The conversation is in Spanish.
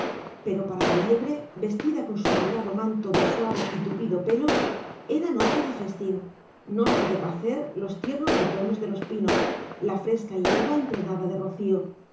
pero para la liebre vestida con su abrigado manto de suave y tupido pelo era noche de festín noche de pacer los tiernos retoños de los pinos la fresca hierba impregnada de rocío